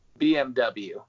BMW